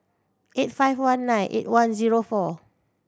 eight five one nine eight one zero four